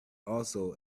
also